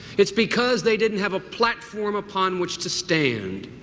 it's because they didn't have a platform upon which to stand.